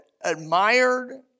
admired